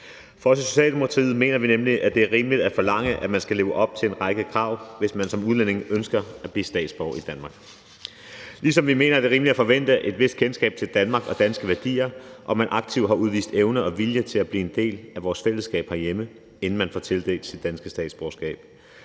Vi i Socialdemokratiet mener nemlig, at det er rimeligt at forlange, at man skal leve op til en række krav, hvis man som udlænding ønsker at blive statsborger i Danmark, ligesom vi mener, det er rimeligt at forvente et vist kendskab til Danmark og danske værdier, og at man aktivt har udvist evne og vilje til at blive en del af vores fællesskab, inden man får tildelt sit danske statsborgerskab.